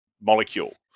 molecule